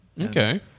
Okay